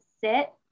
sit